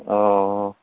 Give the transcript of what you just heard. অঁ অঁ অঁ